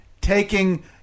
taking